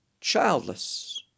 childless